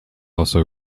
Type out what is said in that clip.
also